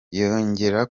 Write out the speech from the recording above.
yongera